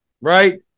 right